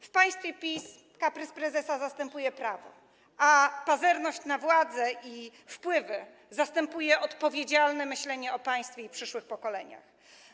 W państwie PiS kaprys prezesa zastępuje prawo, a pazerność na władzę i wpływy zastępuje odpowiedzialne myślenie o państwie i przyszłych pokoleniach.